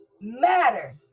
matter